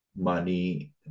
money